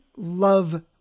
love